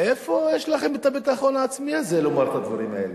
מאיפה יש לכם הביטחון העצמי הזה לומר את הדברים האלה?